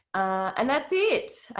and that's it,